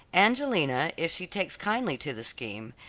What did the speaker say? angelina, if she takes kindly to the scheme,